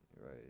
right